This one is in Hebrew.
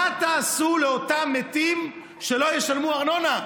מה תעשו לאותם מתים שלא ישלמו ארנונה?